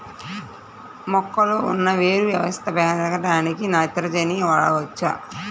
మొక్కలో ఉన్న వేరు వ్యవస్థ పెరగడానికి నత్రజని వాడవచ్చా?